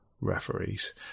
referees